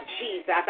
Jesus